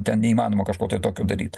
ten neįmanoma kažko tokio daryt